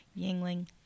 yingling